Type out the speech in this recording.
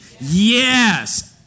Yes